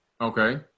Okay